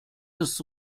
des